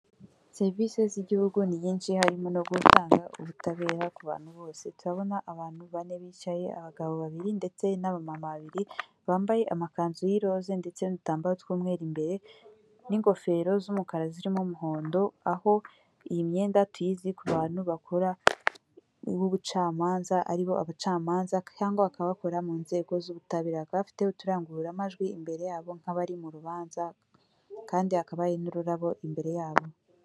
Serivisi z'igihugu ni nyinshi harimo no gutanga ubutabera ku bantu bose, turabona abantu bane bicaye abagabo babiri ndetse n'abamama babiri bambaye amakanzu y'iroza ndetse n'udutambaro tw'umweru imbere n'ingofero z'umukara zirimo umuhondo aho iyi myenda tuyizi ku bantu bakora ubucamanza aribo abacamanza cyangwa akabakorera mu nzego z'ubutabera kandi afite uturangururamajwi imbere yabo nk'abari mu rubanza kandi hakaba n'ururabo imbere yabo.